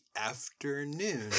afternoon